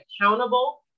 accountable